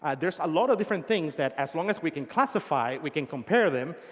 and there's a lot of different things that as long as we can classify, we can compare them.